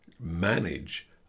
manage